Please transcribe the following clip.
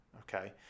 Okay